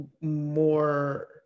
more